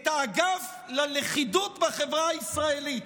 את האגף ללכידות בחברה הישראלית,